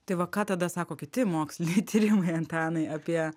tai va ką tada sako kiti moksliniai tyrimai antanai apie